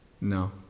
No